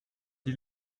ils